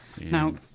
now